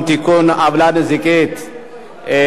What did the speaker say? עוולה נזיקית וקובלנה),